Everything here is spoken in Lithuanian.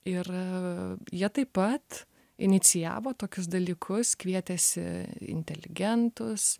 ir a jie taip pat inicijavo tokius dalykus kvietėsi inteligentus